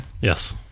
Yes